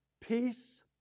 Peace